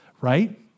right